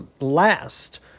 last